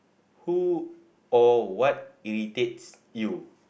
who or what irritates you